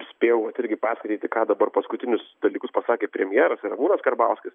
spėjau vat irgi perskaityti ką dabar paskutinius dalykus pasakė premjeras ir ramūnas karbauskis